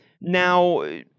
Now